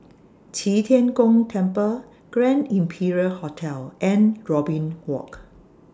Qi Tian Gong Temple Grand Imperial Hotel and Robin Walk